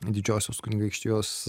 didžiosios kunigaikštijos